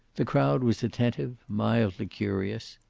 the crowd was attentive, mildly curious.